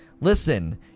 listen